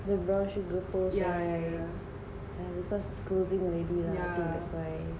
the brown sugar pearls right because its closing already ah I think that's why